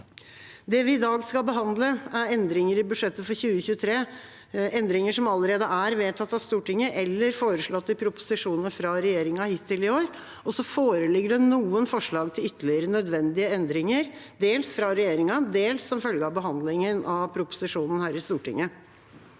Det vi i dag skal behandle, er endringer i budsjettet for 2023, endringer som allerede er vedtatt av Stortinget eller foreslått i proposisjoner fra regjeringa hittil i år. Så foreligger det noen forslag til ytterligere nødvendige endringer, dels fra regjeringa, dels som følge av behandlingen av proposisjonen i Stortinget.